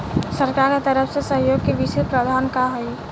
सरकार के तरफ से सहयोग के विशेष प्रावधान का हई?